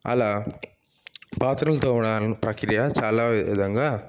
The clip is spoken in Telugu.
అలా పాత్రలు తోమడాన్ని ప్రక్రియ చాలా విధంగా